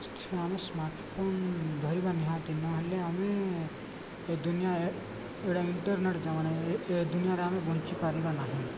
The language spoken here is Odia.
ଆମେ ସ୍ମାର୍ଟ ଫୋନ ଧରିବା ନିହାତି ନହେଲେ ଆମେ ଏ ଦୁନିଆ ଏଟା ଇଣ୍ଟରନେଟ୍ ମାନେ ଦୁନିଆରେ ଆମେ ବଞ୍ଚିପାରିବା ନାହିଁ